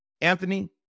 Anthony